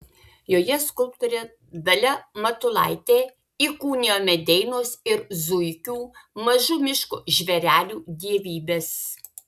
joje skulptorė dalia matulaitė įkūnijo medeinos ir zuikių mažų miško žvėrelių dievybes